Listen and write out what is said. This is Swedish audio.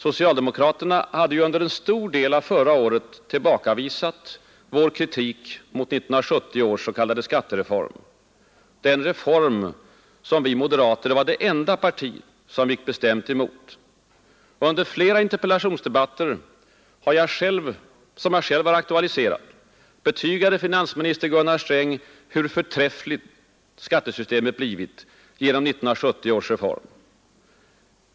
Socialdemokraterna hade ju under en stor del av förra året tillbakavisat vår kritik mot 1970 års s.k. skattereform, den ”reform” som vi moderater som enda parti gick bestämt emot. Under flera interpellationsdebatter som jag själv aktualiserat betygade finansministern Gunnar Sträng hur förträffligt skattesystemet blivit genom 1970 års ”reform”.